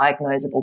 diagnosable